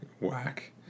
whack